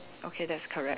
okay that's correct